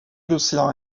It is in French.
l’océan